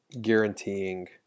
guaranteeing